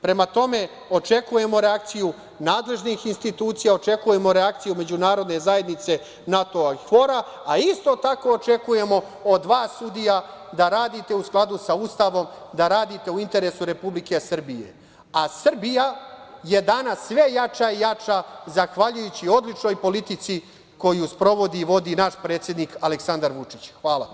Prema tome, očekujemo reakciju nadležnih institucija, očekujemo reakciju međunarodne zajednice NATO i KFORA, a isto tako očekujemo od vas sudija da radite u skladu sa Ustavom, da radite u interesu Republike Srbije, a Srbija je danas sve jača i jača zahvaljujući odličnoj politici koju vodi i sprovodi naš predsednik Aleksandar Vučić.